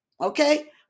Okay